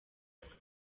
myaka